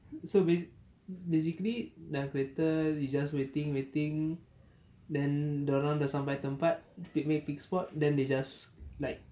so we basic~ basically dah kereta you just waiting waiting then dia orang dah sampai tempat pick me pick spot then they just like